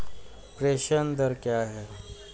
प्रेषण दर क्या है?